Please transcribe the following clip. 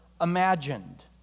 imagined